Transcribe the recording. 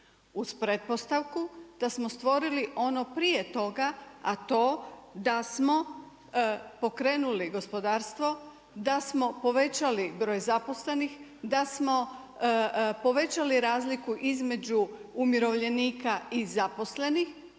uz pretpostavku da smo stvorili ono prije toga, a to da smo pokrenuli gospodarstvo, da smo povećali broj zaposlenih, da smo povećali razliku između umirovljenika i zaposlenih.